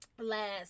last